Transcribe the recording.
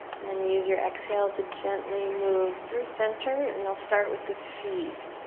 and then use your exhale to gently move through center, and you'll start with the feet.